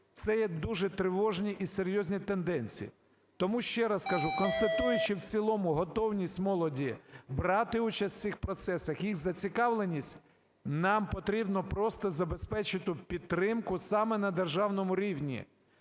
це є дуже тривожні і серйозні тенденції. Тому, ще раз кажу, констатуючи в цілому готовність молоді брати участь в цих процесах, їх зацікавленість, нам потрібно просто забезпечити підтримку саме на державному рівні.